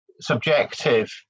subjective